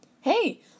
Hey